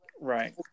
Right